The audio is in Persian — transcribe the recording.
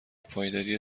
پایداری